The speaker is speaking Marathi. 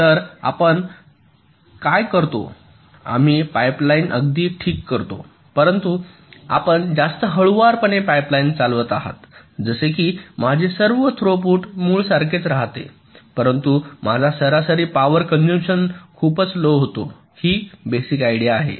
तर आता आपण काय करतो आम्ही पाइपलाइन अगदी ठीक करतो परंतु आपण जास्त हळूवारपणे पाईपलाईन चालवित आहात जसे की माझे सर्व थ्रूपुट मूळसारखेच राहते परंतु माझा सरासरी पॉवर कॉंसुमशन खूपच लो होतो ही बेसिक आयडिया आहे